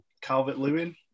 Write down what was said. Calvert-Lewin